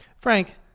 Frank